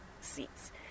seats